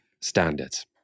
standards